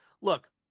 Look